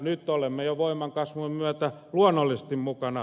nyt olemme jo voiman kasvun myötä luonnollisesti mukana